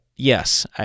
Yes